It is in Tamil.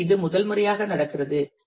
எனவே இது முதல் முறையாக நடக்கிறது